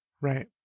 Right